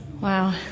Wow